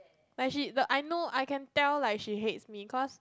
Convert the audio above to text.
like she the I know I can tell like she hates me cause